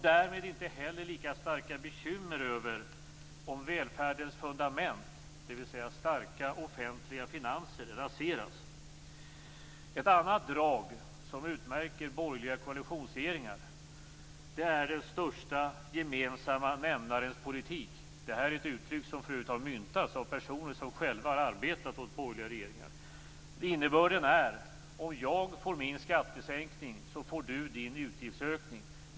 Därmed är inte heller bekymren lika starka över om välfärdens fundament, dvs. starka offentliga finanser, raseras. Ett annat drag som utmärker borgerliga koalitionsregeringar är den största gemensamma nämnarens politik. Detta är ett uttryck som för övrigt har myntats av personer som själva har arbetat åt borgerliga regeringar. Innebörden är: Om jag får min skattesänkning får du din utgiftsökning.